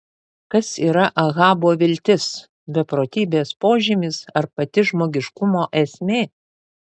kas yra ahabo viltis beprotybės požymis ar pati žmogiškumo esmė